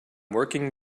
working